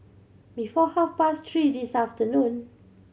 before half past three this afternoon